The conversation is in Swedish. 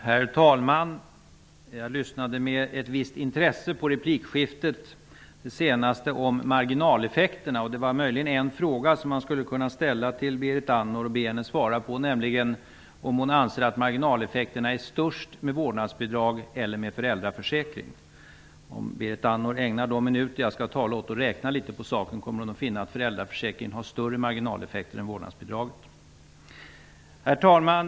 Herr talman! Jag lyssnade med ett visst intresse på det senaste replikskiftet om marginaleffekterna. Det finns möjligen en fråga som man skulle kunna ställa till Berit Andnor och be henne svara på. Anser Berit Andnor att marginaleffekterna är störst med vårdnadsbidraget eller med föräldraförsäkringen? Om Berit Andnor ägnar de minuter som jag skall tala åt att räkna litet på saken kommer hon att finna att föräldraförsäkringen har större marginaleffekter än vårdnadsbidraget. Herr talman!